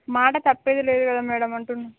మాట తప్పేది లేదు కదా మ్యాడమ్ అంటున్న